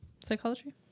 Psychology